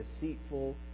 deceitful